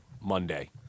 Monday